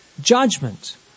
judgment